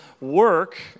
work